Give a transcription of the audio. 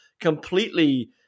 completely